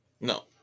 no